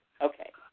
Okay